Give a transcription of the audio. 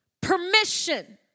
permission